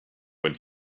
when